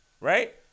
right